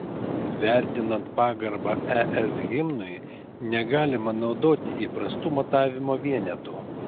vertinant pagarbą es himnui negalima naudoti įprastų matavimo vienetų